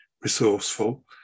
Resourceful